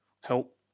help